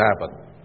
happen